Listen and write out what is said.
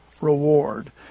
reward